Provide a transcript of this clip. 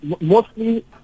mostly